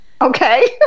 Okay